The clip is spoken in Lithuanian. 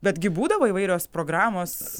betgi būdavo įvairios programos